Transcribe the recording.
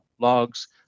logs